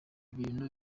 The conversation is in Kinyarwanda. bintu